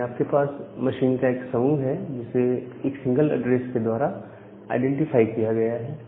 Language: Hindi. यानी आपके पास मशीन का एक समूह है जिसे एक सिंगल एड्रेस के द्वारा आईडेंटिफाई किया गया है